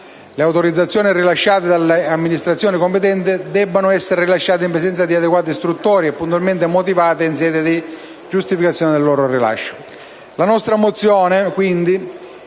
le autorizzazioni rilasciate dalle amministrazioni competenti debbano essere rilasciate in presenza di adeguata istruttoria e puntualmente motivate in sede di giustificazione del loro rilascio,